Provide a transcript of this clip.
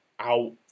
Out